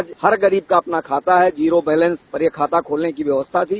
आज हर गरीब का अपना खाता है जीरो बैंलेस पर यह खाता खोलने की व्यवस्था थी